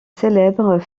célèbres